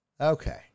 Okay